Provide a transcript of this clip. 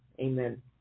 Amen